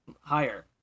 higher